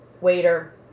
waiter